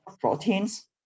proteins